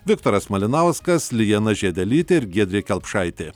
viktoras malinauskas lijana žiedelytė ir giedrė kelpšaitė